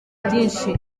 byinshi